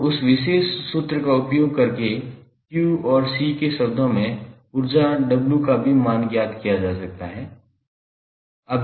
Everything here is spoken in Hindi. तो उस विशेष सूत्र का उपयोग करके q और C के शब्दों में ऊर्जा W का भी मान ज्ञात किया जा सकता है